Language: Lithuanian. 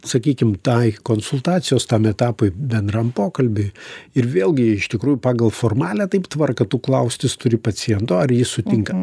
sakykim tai konsultacijos tam etapui bendram pokalbiui ir vėlgi iš tikrųjų pagal formalią taip tvarką tu klaustis turi paciento ar jis sutinka